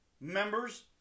members